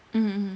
mm mm